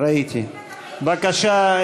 בבקשה,